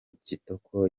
kitoko